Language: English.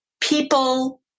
people